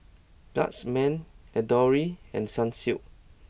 Guardsman Adore and Sunsilk